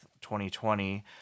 2020